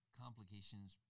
complications